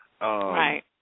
Right